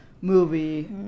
movie